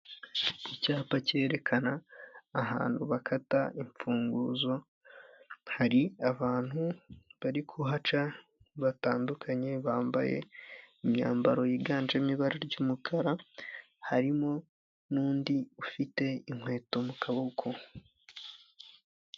Icyapa cyerekana ahantu bakata imfunguzo, hari abantu bari kuhaca batandukanye bambaye imyambaro yiganjemo ibara ry'umukara harimo n'undi ufite inkweto mu kuboko.